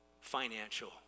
financial